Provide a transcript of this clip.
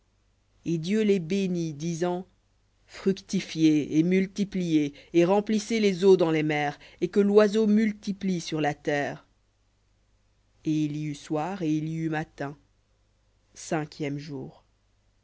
et dieu les bénit disant fructifiez et multipliez et remplissez les eaux dans les mers et que l'oiseau multiplie sur la terre et il y eut soir et il y eut matin cinquième jour